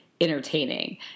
entertaining